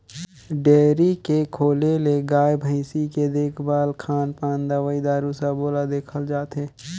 dairy के खोले ले गाय, भइसी के देखभाल, खान पान, दवई दारू सबो ल देखल जाथे